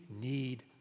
need